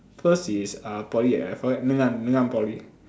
first is uh poly at fir~ Ngee-Ann Ngee-Ann poly